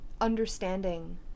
understanding